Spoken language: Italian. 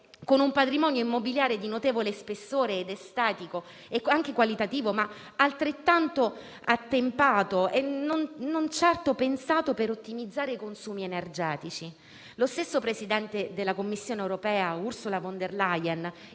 con un patrimonio immobiliare di notevole spessore estetico e anche qualitativo, ma altrettanto "attempato" e non certo pensato per ottimizzare i consumi energetici. Lo stesso presidente della Commissione europea, Ursula von der Leyen,